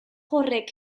horrek